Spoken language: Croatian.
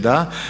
Da.